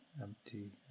empty